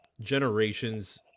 generation's